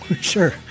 sure